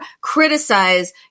criticize